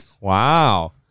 Wow